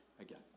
Again